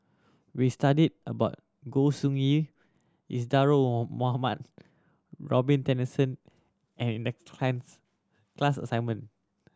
we studied about Goi Seng Isadhora Mohamed Robin Tessensohn class assignment